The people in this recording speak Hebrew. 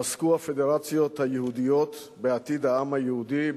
שבו עסקו הפדרציות היהודיות בעתיד העם היהודי,